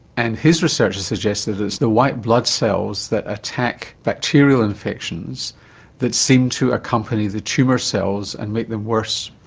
and his research has suggested that it's the white blood cells that attack bacterial infections that seem to accompany the tumour cells and make them worse.